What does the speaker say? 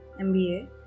mba